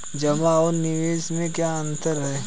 जमा और निवेश में क्या अंतर है?